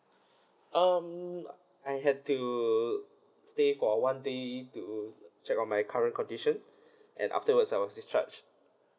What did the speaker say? um I had to stay for one day to check on my current condition and afterwards I was discharged